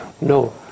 No